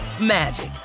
magic